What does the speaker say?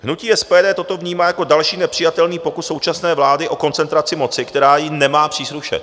Hnutí SPD toto vnímá jako další nepřijatelný pokus současné vlády o koncentraci moci, která jí nemá příslušet.